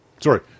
Sorry